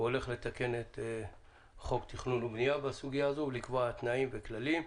הוא הולך לתקן את חוק תכנון ובנייה בסוגיה הזו ולקבוע תנאים וכללים.